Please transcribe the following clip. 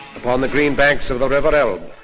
upon the green banks of the river elbe,